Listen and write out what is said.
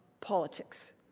politics